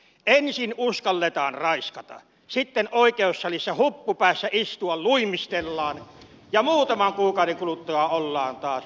ensin uskalletaan raiskata sitten oikeussalissa huppu päässä istua luimistellaan ja muutaman kuukauden kuluttua ollaan taas vapaalla jalalla